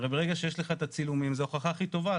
הרי ברגע שיש לך את הצילומים זו הוכחה הכי טובה,